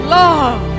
love